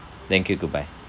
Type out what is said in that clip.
thank you goodbye